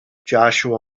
joshua